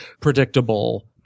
predictable